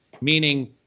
meaning